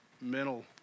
mental